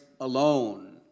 alone